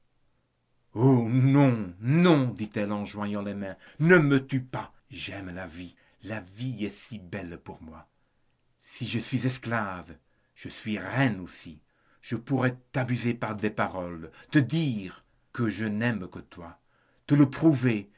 non non dit-elle en joignant les mains ne me tue pas j'aime la vie la vie est si belle pour moi si je suis esclave je suis reine aussi je pourrais t'abuser par des paroles te dire que je n'aime que toi te le prouver